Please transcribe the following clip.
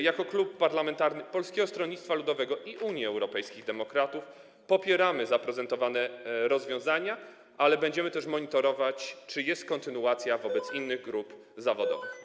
Jako Klub Parlamentarny Polskiego Stronnictwa Ludowego - Unii Europejskich Demokratów popieramy zaprezentowane rozwiązania, ale będziemy też monitorować, czy są kontynuowane wobec innych grup zawodowych.